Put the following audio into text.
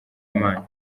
imana